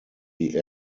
die